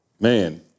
Man